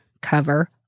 cover